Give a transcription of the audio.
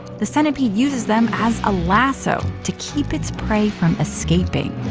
the centipede uses them as a lasso to keep its prey from escaping.